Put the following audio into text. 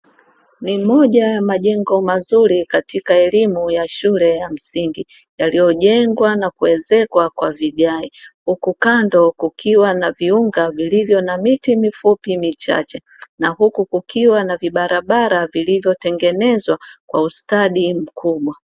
Ni moja ya majengo mazuri katika elimu ya shule ya msingi yaliyojengwa na kuezekwa kwa vigae, huku kando kukiwa na viunga vilivyo na miti mifupi michache na huku kukiwa na vibarabara vilivyotengenezwa kwa ustadi mkubwa.